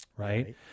Right